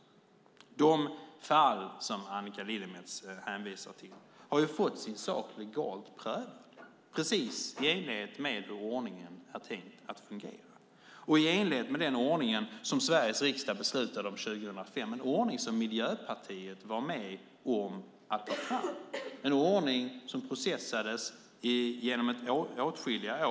För det första: I de fall som Annika Lillemets hänvisar till har man fått sin sak legalt prövad, precis i enlighet med hur ordningen är tänkt att fungera och i enlighet med den ordning som Sveriges riksdag beslutade om 2005 - en ordning som Miljöpartiet var med om att ta fram och en ordning som processades i åtskilliga år.